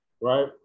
right